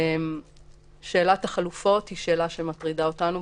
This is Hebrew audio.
שאלת החלופות היא שאלה שמטרידה אותנו,